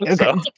Okay